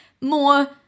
more